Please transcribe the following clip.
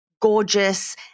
gorgeous